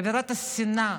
אווירת השנאה,